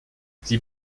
sie